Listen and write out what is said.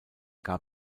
gab